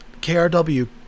KRW